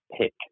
pick